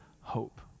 hope